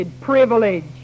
privilege